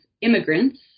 immigrants